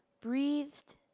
breathed